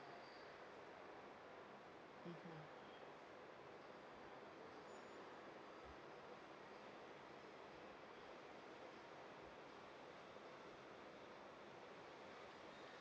mmhmm